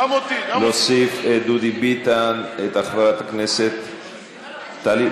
את דודי ביטן, את חברת הכנסת טלי?